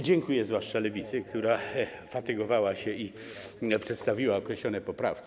Dziękuję zwłaszcza Lewicy, która pofatygowała się i przedstawiła określone poprawki.